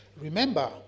remember